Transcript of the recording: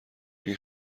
این